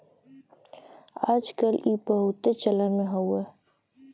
आज कल ई बहुते चलन मे हउवे